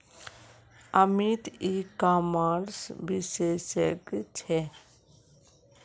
अमित ई कॉमर्सेर विशेषज्ञ छे